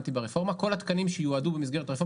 התייחסות בהצעת החוק אבל זה נושא שחשוב להבין אותו.